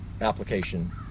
application